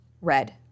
Red